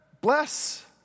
Bless